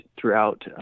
throughout